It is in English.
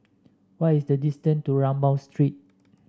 what is the distance to Rambau Street